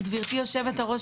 גברתי יושבת הראש,